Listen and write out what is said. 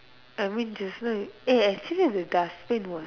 I mean just now you eh actually the dustbin was